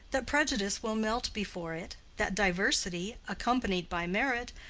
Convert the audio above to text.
that prejudice will melt before it, that diversity, accompanied by merit,